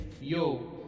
yo